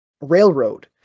railroad